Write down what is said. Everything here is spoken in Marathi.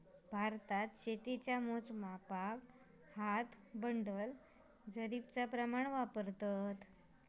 भारतात शेतीच्या मोजमापाक हात, बंडल, जरीबचा प्रमाण वापरतत